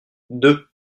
deux